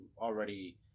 already